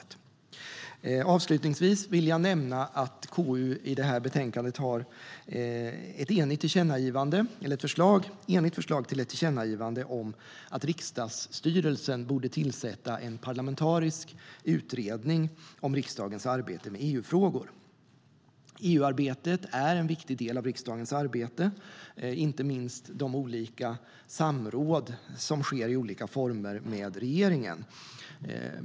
Avslutningsvis vill jag nämna att KU i detta betänkande har ett enigt förslag till ett tillkännagivande om att riksdagsstyrelsen borde tillsätta en parlamentarisk utredning om riksdagens arbete med EU-frågor. EU-arbetet är en viktig del av riksdagens arbete, inte minst de olika samråd som sker i olika former med regeringen.